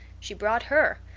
she brought her.